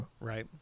right